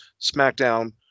SmackDown